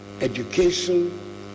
education